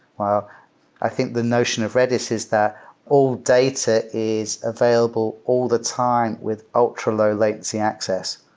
ah i think the notion of redis is that all data is available all the time with ultralow latency access.